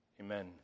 Amen